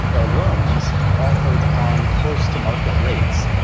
they are loans offered on close to market rates,